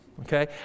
Okay